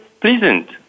pleasant